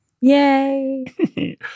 Yay